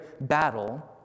battle